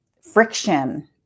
friction